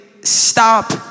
stop